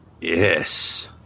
Yes